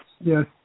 Yes